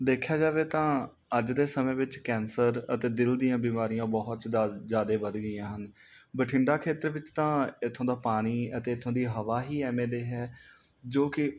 ਦੇਖਿਆ ਜਾਵੇ ਤਾਂ ਅੱਜ ਦੇ ਸਮੇਂ ਵਿੱਚ ਕੈਂਸਰ ਅਤੇ ਦਿਲ ਦੀਆਂ ਬਿਮਾਰੀਆਂ ਬਹੁਤ ਜਾ ਜ਼ਿਆਦੇ ਵੱਧ ਗਈਆਂ ਹਨ ਬਠਿੰਡਾ ਖੇਤਰ ਵਿੱਚ ਤਾਂ ਇੱਥੋਂ ਦਾ ਪਾਣੀ ਅਤੇ ਇੱਥੋਂ ਦੀ ਹਵਾ ਹੀ ਐਵੇਂ ਦੇ ਹੈ ਜੋ ਕਿ